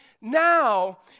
Now